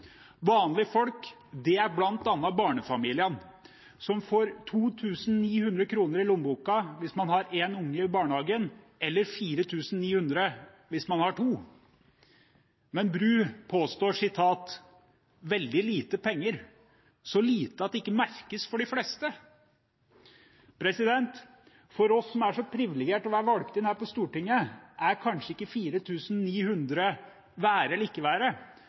Vanlige folk er bl.a. barnefamiliene, som får 2 900 kr i lommeboka hvis man har én unge i barnehagen, eller 4 900 kr hvis man har to. Men Bru påstår: «veldig lite penger, så lite at det egentlig ikke merkes av de fleste». For oss som er så privilegerte å være valgt inn her på Stortinget, er kanskje ikke 4 900 kr et være eller ikke være,